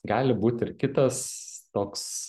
gali būti ir kitas toks